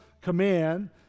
command